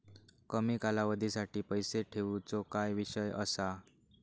कमी कालावधीसाठी पैसे ठेऊचो काय विषय असा?